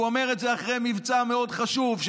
הוא אומר את זה אחרי מבצע חשוב מאוד,